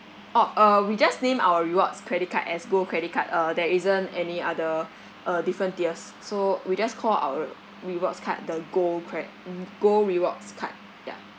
orh uh we just name our rewards credit card as gold credit card uh there isn't any other uh different tiers so we just call our rewards card the gold cred~ mm gold rewards card ya